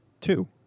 Two